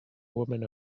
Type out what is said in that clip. woman